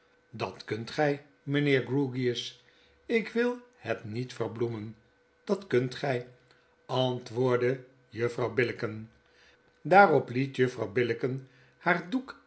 dat kunt gg mgnheer grewgious ik wil het niet verbloemen dat kunt gg antwoordde juffrouw billicken daarop liet juffrouw billicken haar